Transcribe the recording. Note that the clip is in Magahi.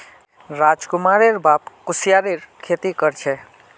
राजकुमारेर बाप कुस्यारेर खेती कर छे